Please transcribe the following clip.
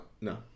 No